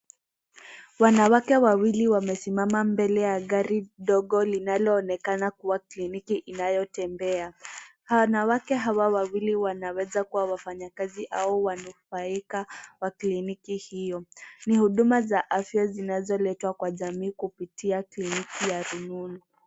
Wanawake wawili wamesimama mbele ya gari dogo linaloonekana kuwa kliniki inayotembea. Wanawake hawa wawili wanaweza kuwa wafanyakazi au wanufaika wa kliniki hiyo. Ni huduma za afya zinazoletwa kwa jamii kupitia kliniki ya rununu.